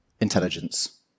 intelligence